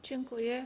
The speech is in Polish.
Dziękuję.